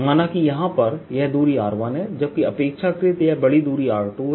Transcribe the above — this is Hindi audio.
माना कि यहाँ पर यह दूरी r1 है जबकि अपेक्षाकृत यह बड़ी दूरी r2 है